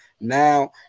Now